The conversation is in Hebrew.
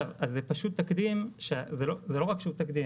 אז זה פשוט תקדים וזה לא רק שהוא תקדים.